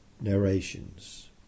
narrations